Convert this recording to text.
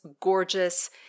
gorgeous